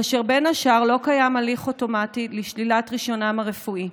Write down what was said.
כאשר בין השאר לא קיים הליך אוטומטי לשלילת רישיונם הרפואי.